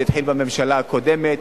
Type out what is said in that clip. זה התחיל בממשלה הקודמת,